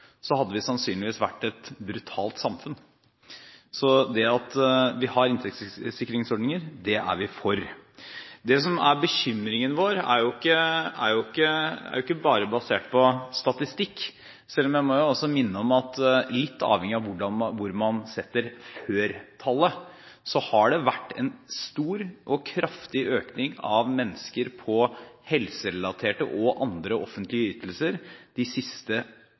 Så det at vi har inntektssikringsordninger, er vi for. Det som er bekymringen vår, er ikke bare basert på statistikk, selv om jeg jo også må minne om at det, litt avhengig av hvor man setter før-tallet, har vært en stor og kraftig økning av mennesker på helserelaterte og andre offentlige ytelser de siste